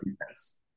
defense